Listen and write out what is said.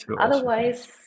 otherwise